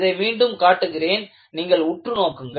இதை மீண்டும் காட்டுகிறேன் நீங்கள் உற்று நோக்குங்கள்